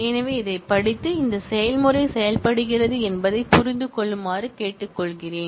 எனவே இதைப் படித்து இந்த செயல்முறை செயல்படுகிறது என்பதைப் புரிந்து கொள்ளுமாறு கேட்டுக்கொள்கிறேன்